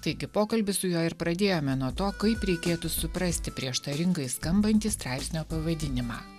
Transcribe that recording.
taigi pokalbį su juo ir pradėjome nuo to kaip reikėtų suprasti prieštaringai skambantį straipsnio pavadinimą